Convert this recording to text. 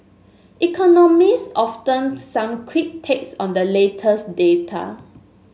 economists often some quick takes on the latest data